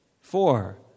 Four